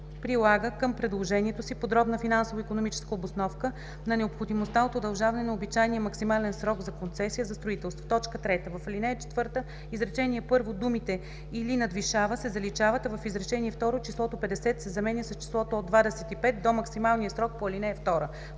прилага към предложението си подробна финансово-икономическа обосновка на необходимостта от удължаване на обичайния максимален срок за концесия за строителство.“ 3. В ал. 4 изречение първо, думите „или надвишава“ се заличават, а в изречение второ числото „50“ се заменя с „от 25 до максималния срок по ал. 2”.